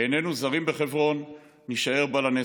איננו זרים בחברון, נישאר בה לנצח.